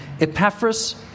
Epaphras